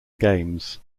games